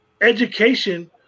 education